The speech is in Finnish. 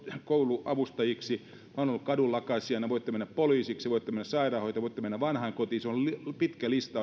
kouluavustajiksi minä olen ollut kadunlakaisijana voitte mennä poliisiksi voitte mennä sairaanhoitajaksi voitte mennä vanhainkotiin on pitkä lista